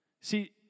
See